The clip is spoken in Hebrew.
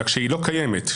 אלא כשהיא לא קיימת,